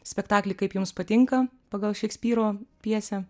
spektaklį kaip jums patinka pagal šekspyro pjesę